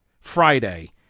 Friday